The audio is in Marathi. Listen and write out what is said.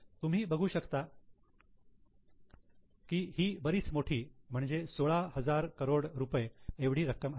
तुम्ही बघू शकता की ही बरीच मोठी म्हणजे 16 हजार करोड रुपये एवढी रक्कम आहे